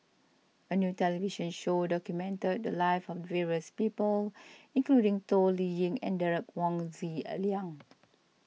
a new television show documented the lives of various people including Toh Liying and Derek Wong Zi Liang